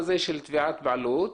אני אומר את זה לפרוטוקול בוועדה.